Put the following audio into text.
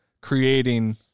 creating